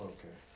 Okay